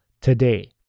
today